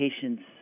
patient's